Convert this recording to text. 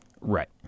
Right